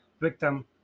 victim